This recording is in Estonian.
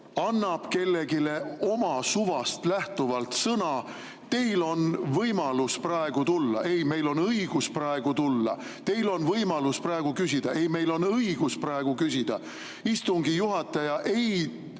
annab kellelegi oma suvast lähtuvalt sõna. "Teil on võimalus praegu tulla." Ei, meil on õigus praegu tulla. "Teil on võimalus praegu küsida." Ei, meil on õigus praegu küsida. Istungi juhataja ei